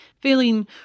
feeling